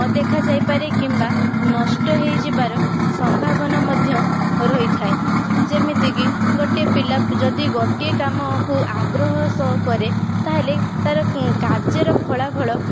ନ ଦେଖାଯାଇପାରେ କିମ୍ବା ନଷ୍ଟ ହେଇଯିବାର ସମ୍ଭାବନା ମଧ୍ୟ ରହିଥାଏ ଯେମିତିକି ଗୋଟେ ପିଲା ଯଦି ଗୋଟିଏ କାମକୁ ଆଗ୍ରହ ସହ କରେ ତାହେଲେ ତାର କାର୍ଯ୍ୟର ଫଳାଫଳ